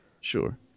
sure